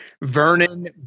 Vernon